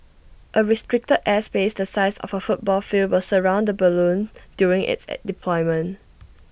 A restricted airspace the size of A football field will surround the balloon during its deployment